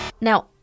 Now